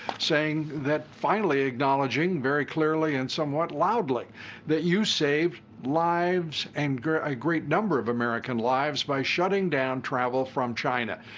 saying that finally acknowledging very clearly and somewhat loudly that you saved lives and a ah great number of american lives by shutting down travel from china.